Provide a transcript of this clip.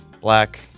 black